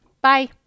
Bye